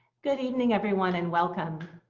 good evening, everyone and welcome.